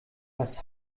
was